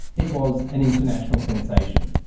it was an international sensation.